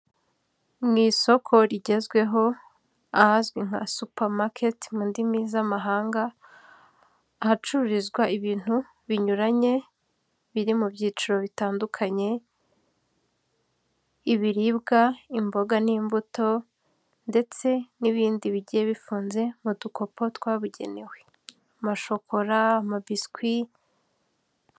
Mu isoko rigezweho ahazwi nka sups msketi mu ndimi z'amahanga, ahacururizwa ibintu binyuranye biri mu byiciro bitandukanye, ibiribwa, imboga n'imbuto ndetse n'ibindi bigiye bifunze mu dukopo twabugenewe, amashokora, amabiswi.